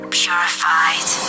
purified